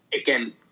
again